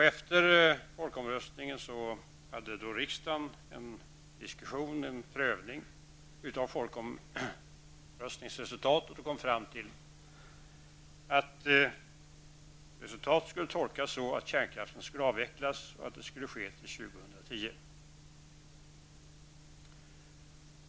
Efter folkomröstningen hade riksdagen en diskussion om folkomröstningens resultat och kom fram till att resultatet skulle tolkas att kärnkraften skulle avvecklas till år 2010.